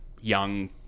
young